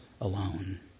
alone